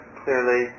clearly